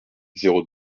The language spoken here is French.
zéro